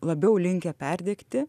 labiau linkę perdegti